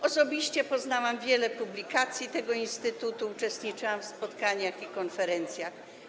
Osobiście poznałam wiele publikacji tego instytutu, uczestniczyłam w spotkaniach i konferencjach.